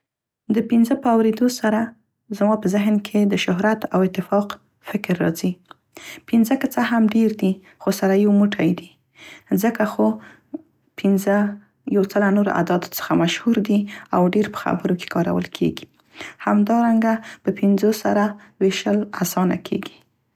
د پینځه په اوریدو سره زما په ذهن کې د شهرت او اتفاق فکر راځي، پینځه که څه هم ډیر دي خو سره یو موټی دي. ځکه خو پینځه یو څه له نورو اعدادو څخه مشهور دي او ډیر په خبرو کې کارول کیګي. همدارنګه په پينځو سره ویشل اسانه کیږي.